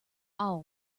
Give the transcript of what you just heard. all